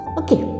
okay